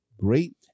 great